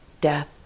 death